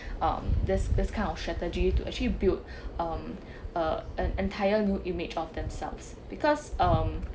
um this this kind of strategy to actually build um err en~ entire new image of themselves because um